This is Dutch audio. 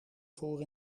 voor